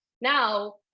Now